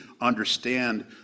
understand